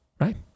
right